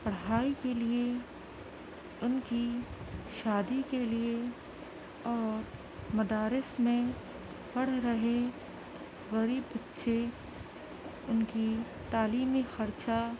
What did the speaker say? پڑھائی کے لیے ان کی شادی کے لیے اور مدارس میں پڑھ رہے غریب بچے ان کی تعلیمی خرچہ